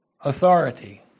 authority